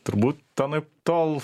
turbūt anaiptol